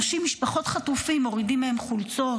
ממשפחות החטופים מורידים חולצות,